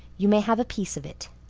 you may have a piece of it.